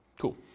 Cool